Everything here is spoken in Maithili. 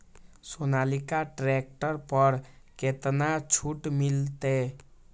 सोनालिका ट्रैक्टर पर केतना छूट मिलते?